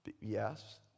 Yes